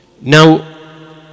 Now